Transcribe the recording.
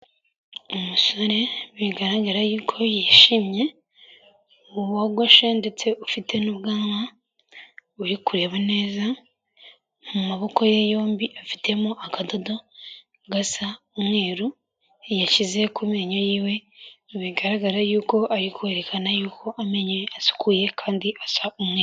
Umusore bigaragara yuko yishimye wogoshe ndetse ufite n'ubwanwa, uri kureba neza mu maboko ye yombi afitemo akadodo gasa umweru yashyize ku menyo yiwe, bigaragara yuko ari kwerekana yuko amenyo ye asukuye kandi asa umweru.